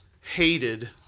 hated